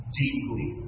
deeply